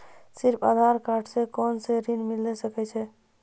सिर्फ आधार कार्ड से कोना के ऋण मिलते यो?